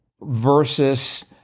versus